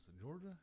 Georgia